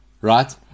right